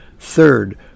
Third